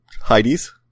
Heidi's